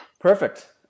Perfect